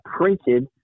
printed